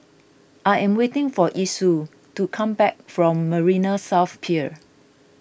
I am waiting for Esau to come back from Marina South Pier